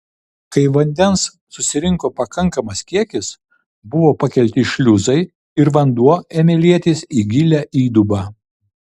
kai vandens susirinko pakankamas kiekis buvo pakelti šliuzai ir vanduo ėmė lietis į gilią įdubą